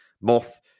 moth